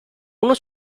uno